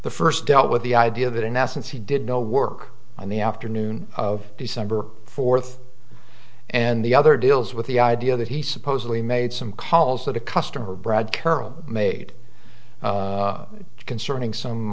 the first dealt with the idea that in essence he did no work on the afternoon of december fourth and the other deals with the idea that he supposedly made some calls that a customer brad carroll made concerning